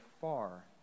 far